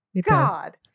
God